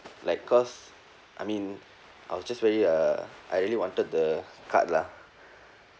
like cause I mean I was just very uh I really wanted the card lah